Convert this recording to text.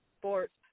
Sports